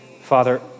Father